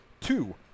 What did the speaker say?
Two